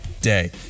day